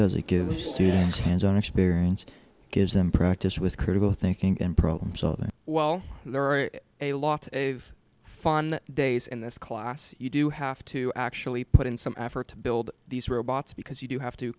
does it give the students fans own experience gives them practice with critical thinking and problem solving while there are a lot of fun days in this class you do have to actually put in some effort to build these robots because you do have to